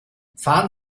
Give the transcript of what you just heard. fahren